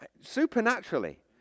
supernaturally